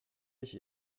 ich